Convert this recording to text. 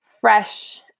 fresh